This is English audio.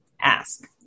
ask